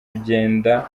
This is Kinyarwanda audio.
kugenda